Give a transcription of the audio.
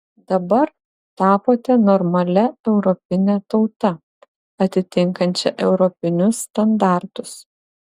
dabar tapote normalia europine tauta atitinkančia europinius standartus